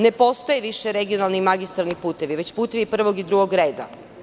Ne postoje regionalni i magistralni putevi, već putevi prvog i drugog reda.